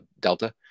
Delta